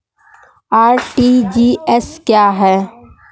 RTGS क्या है?